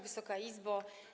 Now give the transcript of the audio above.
Wysoka Izbo!